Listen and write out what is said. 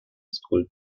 school